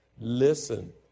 Listen